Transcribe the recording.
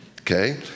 okay